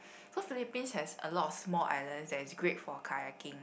so Philippines has a lot of small islands that is great for kayaking